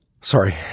Sorry